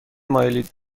مایلید